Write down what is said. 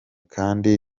kandi